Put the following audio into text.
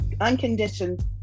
unconditioned